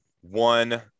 one